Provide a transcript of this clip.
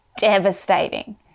devastating